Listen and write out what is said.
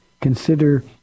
consider